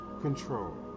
control